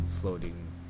floating